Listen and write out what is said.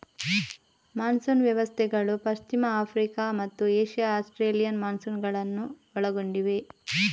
monsoon ವ್ಯವಸ್ಥೆಗಳು ಪಶ್ಚಿಮ Africa ಮತ್ತು ಏಷ್ಯಾ ಆಸ್ಟ್ರೇಲಿಯನ್ ಮಾನ್ಸೂನುಗಳನ್ನು ಒಳಗೊಂಡಿವೆ